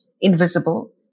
invisible